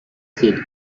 seen